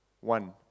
One